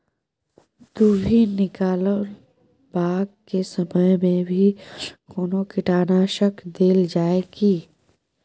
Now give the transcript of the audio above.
दुभी निकलबाक के समय मे भी कोनो कीटनाशक देल जाय की?